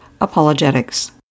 apologetics